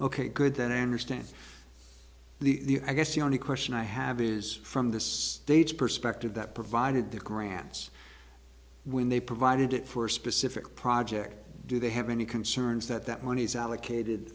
ok good then i understand the i guess the only question i have is from the stage perspective that provided the grants when they provided it for a specific project do they have any concerns that that money is allocated